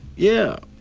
yeah.